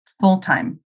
full-time